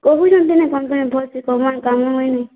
କହୁଛନ୍ତି ନା କମ୍ପ୍ଲେନ୍ ଭଲସେ କର କାମ ନାଇଁ